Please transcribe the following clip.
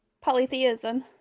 polytheism